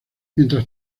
mientras